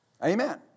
Amen